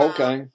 Okay